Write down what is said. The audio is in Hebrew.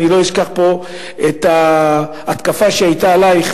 אני לא אשכח את ההתקפה שהיתה עלייך